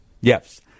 Yes